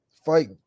fight